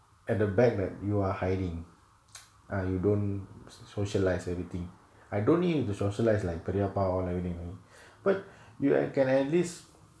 at the bag that you are hiding err you don't socialise everything I don't need the socialise like periyappa all everything but you can at least